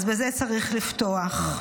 אז בזה צריך לפתוח.